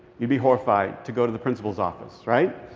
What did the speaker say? you'd be horrified to go to the principal's office, right?